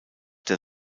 der